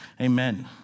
Amen